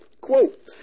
Quote